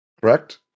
Correct